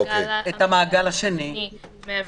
אחרי שהוא מסיים את הדיון, הוא נכנס